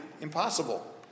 impossible